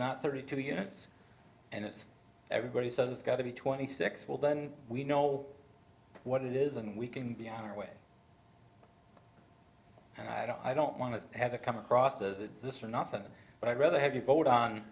not thirty two yes and it's everybody says it's got to be twenty six well then we know what it is and we can be on our way and i don't i don't want to have to come across the this or not then but i'd rather have you vote on